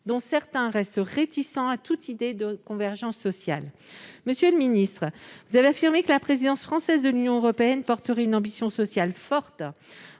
dont certains restent réticents à toute idée de convergence sociale. Monsieur le ministre, vous avez affirmé que la présidence française de l'Union européenne porterait une ambition sociale forte.